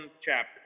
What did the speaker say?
chapter